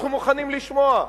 אנחנו מוכנים לשמוע.